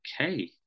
Okay